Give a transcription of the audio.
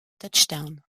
touchdown